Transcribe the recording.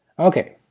okay,